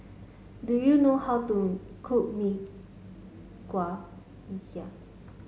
do you know how to cook Mee Kuah